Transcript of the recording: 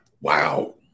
Wow